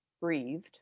breathed